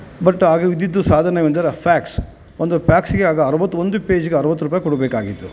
but ಆಗ ಇದ್ದಿದ್ದು ಸಾಧನವೆಂದರೆ ಫ್ಯಾಕ್ಸ್ ಒಂದು ಫ್ಯಾಕ್ಸಿಗೆ ಆಗ ಅರುವತ್ತೊಂದು ಪೇಜಿಗೆ ಅರುವತ್ತು ರೂಪಾಯಿ ಕೊಡಬೇಕಾಗಿತ್ತು